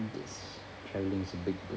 travelling is a big burn